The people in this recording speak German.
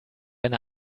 eine